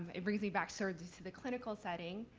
it brings me back sort of to the clinical setting,